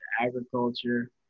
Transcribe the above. agriculture